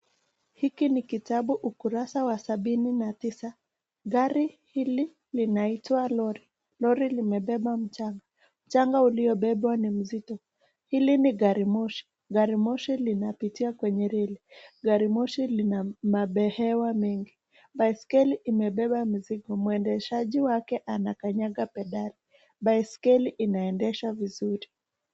Hiki ni kitabu ukurasa wa sabini na tisa, gari hili linaitwa lori, lori limebeba mchanga, mchanga uliobebwa ni mzito hili ni garimoshi, garimoshi linapitia kwenye reli, garimoshi lina mabehewa mengi. Baiskeli imebeba mizigo mwendeshaji wake anakanyaga pedali, baiskeli inaendesha vizuri.